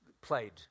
played